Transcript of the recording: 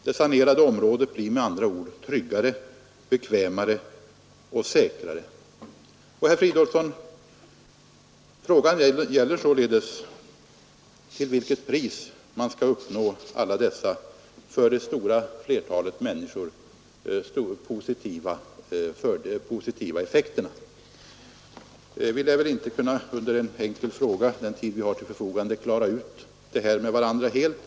Det sanerade området blir med andra ord tryggare, bekvämare och Frågan är således, herr Fridolfsson, till vilket pris man skall uppnå alla dessa för det stora flertalet människor positiva effekter. Under den tid vi har till förfogande vid svaret på en enkel fråga lär vi väl inte kunna klara ut detta med varandra helt.